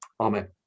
amen